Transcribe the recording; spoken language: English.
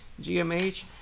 GMH